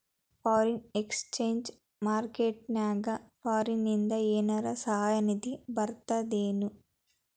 Foreign exchange market ನ್ಯಾಗ ಫಾರಿನಿಂದ ಏನರ ಸಹಾಯ ನಿಧಿ ಬರ್ತದೇನು?